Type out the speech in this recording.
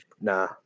nah